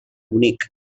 munic